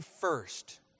first